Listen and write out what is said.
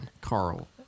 Carl